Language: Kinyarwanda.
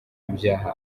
ibyaha